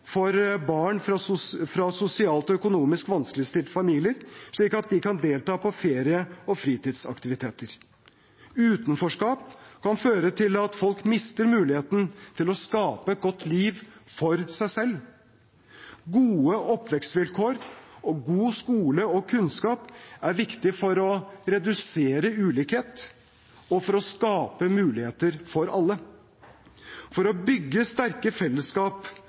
for barn fra sosialt og økonomisk vanskeligstilte familier, slik at de kan delta på ferie- og fritidsaktiviteter. Utenforskap kan føre til at folk mister muligheten til å skape et godt liv for seg selv. Gode oppvekstsvilkår og en god skole og kunnskap er viktig for å redusere ulikhet og for å skape muligheter for alle. For å bygge sterke fellesskap